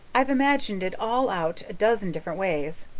i've imagined it all out a dozen different ways.